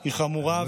היא חמורה,